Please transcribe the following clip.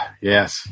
yes